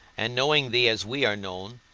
and knowing thee as we are known,